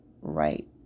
right